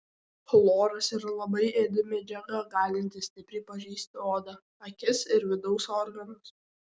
chloras yra labai ėdi medžiaga galinti stipriai pažeisti odą akis ir vidaus organus